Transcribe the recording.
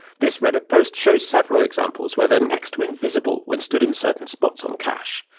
this reddit post shows several examples where they're next to invisible when stood in certain spots on cache.